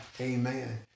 amen